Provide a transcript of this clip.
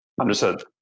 Understood